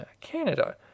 Canada